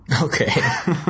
Okay